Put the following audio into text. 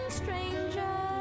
stranger